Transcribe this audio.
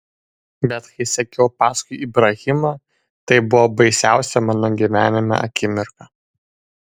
bet kai sekiau paskui ibrahimą tai buvo baisiausia mano gyvenime akimirka